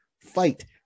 fight